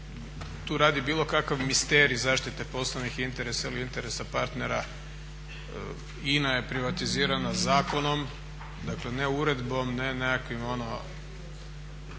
tu radi bilo kakav misterij zaštite poslovnih interesa ili interesa partnera. INA je privatizirana zakonom, dakle ne uredbom, ne nekakvim ono,